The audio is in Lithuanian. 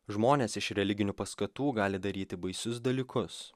žmonės iš religinių paskatų gali daryti baisius dalykus